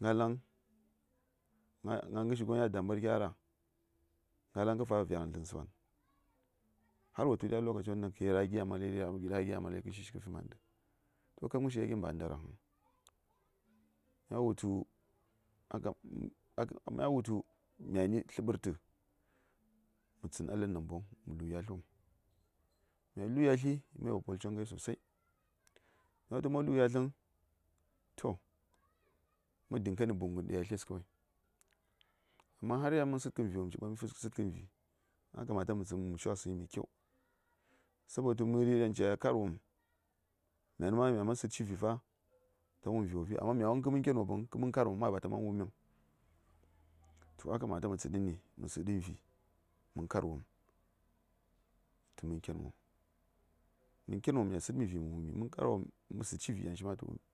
nga:laŋ gna ghəshi gon ya dambarki a ra nga:laŋ ka fara vyarghən dləŋsəwan har wo tuli a lokaci won ɗaŋ kayel raghə gi a malari raghə gi a malari kə shi shi kə fi ma:ndə toh kab ghəshi gya gin ba a ndaraŋ mya wutu a kam a kam mya wutu myani tləɓərtə mə tsən a ləb namboŋ mə lu: yatlwom mya luyatli mya yel wopol coŋ ghjai sosai mya wutu malu yatləŋ toh ma diŋghani buŋghən ɗa yatles kawai kua har yan ma səkəm viwom ci ɓasmi sədkən vi a kamata mə wumshi wasəŋyi sabotu məri ɗaŋ ca kar wopm myani ma myaman sədshi vi ta wum viwopi amma mya wum kəmən ken wopəŋ mən ka:r wom ma ba ta wumiŋ toh a kamata mətsəɗəni məsəɗənvi mən karwom tə mən ken wom ya sədmi vi: mə wumi mən karwom məsədshi vi tə wumi